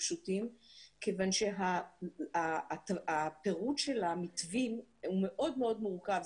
פשוטים כיוון שהפירוט של המתווים מאוד מאוד מורכב,